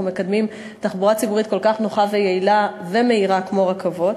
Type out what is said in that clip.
מקדמים תחבורה ציבורית כל כך נוחה ויעילה ומהירה כמו רכבות,